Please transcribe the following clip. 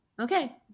Okay